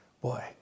Boy